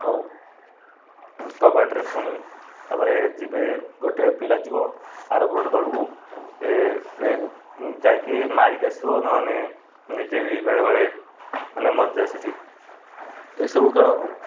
ଆଉ କବାଡ଼ିରେ ପୁଣି ତାପରେ ଯିବେ ଗୋଟେ ପିଲା ଯିବ ଆର ପଟ ଦଳକୁ ସେ ଯାଇକି ମାରିକି ଆସିବ ନହେଲେ ନିଜେ ବି ବେଳେବେଳେ ମାନେ ମରିଯାଏ ସେଇଠି ଏଇସବୁ ଖେଳ ଆଉ